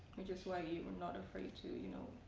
which is why you were not afraid to you know,